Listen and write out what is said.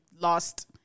lost